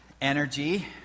energy